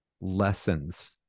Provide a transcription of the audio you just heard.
lessons